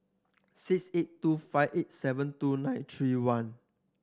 six eight two five eight seven two nine three one